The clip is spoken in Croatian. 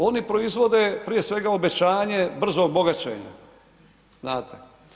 Oni proizvode, prije svega obećanje brzog bogaćenja, znate?